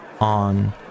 On